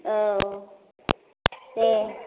औ दे